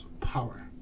power